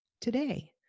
Today